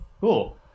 Cool